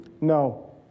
No